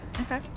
Okay